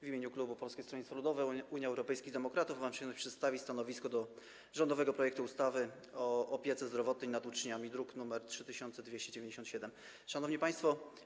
W imieniu klubu Polskiego Stronnictwa Ludowego - Unii Europejskich Demokratów mam przyjemność przedstawić stanowisko wobec rządowego projektu ustawy o opiece zdrowotnej nad uczniami, druk nr 3297. Szanowni Państwo!